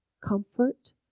comfort